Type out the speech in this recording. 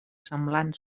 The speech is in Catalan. semblant